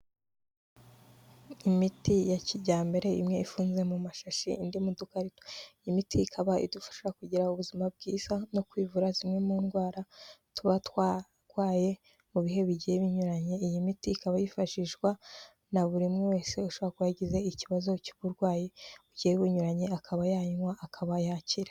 Imiti ya kijyambere imwe ifunze mu mashashi indi modoka, imiti ikaba idufasha kugira ubuzima bwiza no kwivura zimwe mu ndwara tuba twarwaye mu bihe bigiye binyuranye, iyi miti ikaba yifashishwa na buri umwe wese ushobora kuba yagize ikibazo cy'uburwayi bugiye bunyuranye akaba yayinywa akaba yakira.